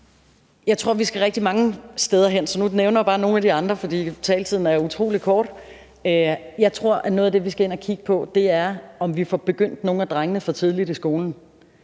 Jeg tror, at vi skal rigtig mange steder hen. Nu nævner jeg bare nogle af de andre, for taletiden er utrolig kort. Jeg tror, at noget af det, vi skal ind og kigge på, er, om nogle af drengene begynder for tidligt i skole.